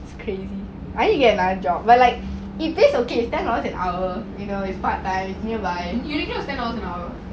you get ten dollars an hour